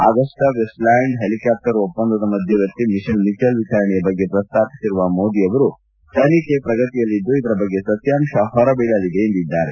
Agusta Westland helicopter ಒಪ್ಪಂದ ಮಧ್ವವರ್ತಿಮಿತೆಲ್ Michel ವಿಚಾರಣೆಯ ಬಗ್ಗೆ ಪ್ರಸ್ತಾಪಿಸಿರುವ ನರೇಂದ್ರ ಮೋದಿ ಅವರು ತನಿಖೆ ಪ್ರಗತಿಯಲ್ಲಿದ್ದು ಇದರ ಬಗ್ಗೆ ಸತ್ಲಾಂಶ ಹೊರಬೀಳಲಿದೆ ಎಂದಿದ್ದಾರೆ